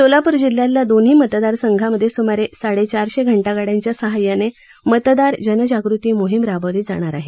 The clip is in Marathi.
सोलापूर जिल्ह्यातल्या दोन्ही मतदारसंघांमधे स्मारे साडे चारशे घंटा गाड्यांच्या सहाय्यानं मतदार जनजागृती मोहीम राबवली जाणार आहे